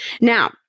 Now